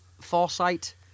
foresight